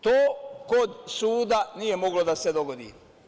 To kod suda nije moglo da se dogodi.